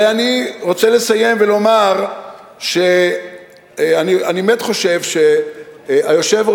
ואני רוצה לסיים ולומר שאני באמת חושב שהיושב-ראש,